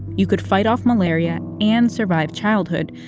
you could fight off malaria and survive childhood,